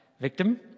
victim